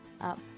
up